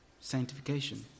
sanctification